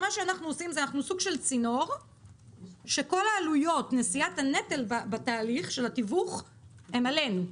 אנחנו סוג של צינור שכל נשיאת הנטל בתהליך התיווך הן עלינו.